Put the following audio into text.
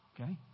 Okay